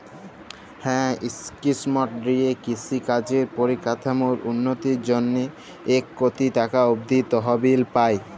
হাঁ ইস্কিমট দিঁয়ে কিষি কাজের পরিকাঠামোর উল্ল্যতির জ্যনহে ইক কটি টাকা অব্দি তহবিল পায়